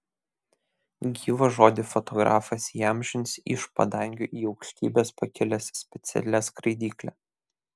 gyvą žodį fotografas įamžins iš padangių į aukštybes pakilęs specialia skraidykle